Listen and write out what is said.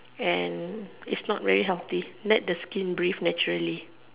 and is not really healthy let the skin breathe naturally